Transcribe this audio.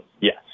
yes